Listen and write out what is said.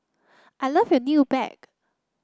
I love your new bag